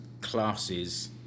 classes